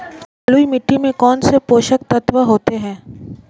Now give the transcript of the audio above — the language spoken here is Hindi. बलुई मिट्टी में कौनसे पोषक तत्व होते हैं?